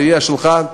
בראייה שלך,